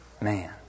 man